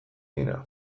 dira